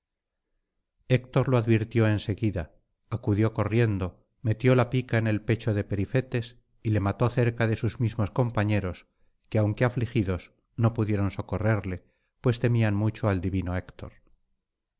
héctor lo advirtió en seguida acudió corriendo metió la pica en el pecho de perifetes y le mató cerca de sus mismos compañeros que aunque afligidos no pudieron socorrerle pues temían mucho al divino héctor